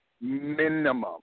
minimum